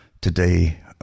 Today